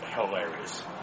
hilarious